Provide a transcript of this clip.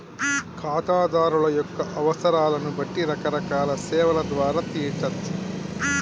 ఖాతాదారుల యొక్క అవసరాలను బట్టి రకరకాల సేవల ద్వారా తీర్చచ్చు